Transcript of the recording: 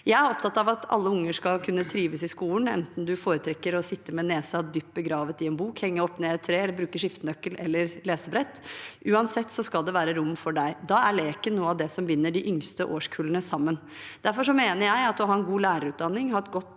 Jeg er opptatt av at alle unger skal kunne trives i skolen – enten de foretrekker å sitte med nesen dypt begravd i en bok, henge opp ned i et tre eller bruke skiftenøkkel eller lesebrett. Uansett skal det være rom for dem. Da er leken noe av det som binder de yngste årskullene sammen. Derfor mener jeg at å ha en god lærerutdanning, et godt